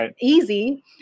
easy